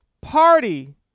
party